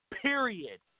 Period